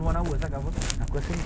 portable charger jer ni